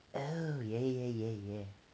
oh yeah yeah yeah yeah